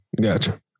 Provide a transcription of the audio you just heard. Gotcha